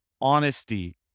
honesty